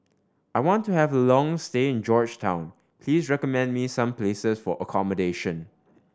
I want to have a long stay in Georgetown please recommend me some places for accommodation